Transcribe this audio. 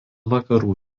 vakarų